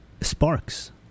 sparks